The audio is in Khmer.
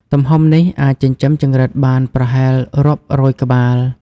ទំហំនេះអាចចិញ្ចឹមចង្រិតបានប្រហែលរាប់រយក្បាល។